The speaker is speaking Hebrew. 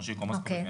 מושיקו מוסקוביץ,